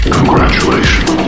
Congratulations